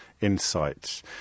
insights